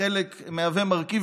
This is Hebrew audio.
מהווה מרכיב